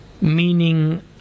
meaning